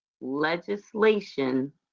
legislation